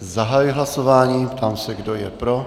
Zahajuji hlasování, ptám se, kdo je pro.